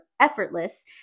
effortless